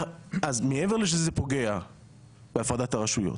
מעבר לכך שזה פוגע בהפרדת הרשויות,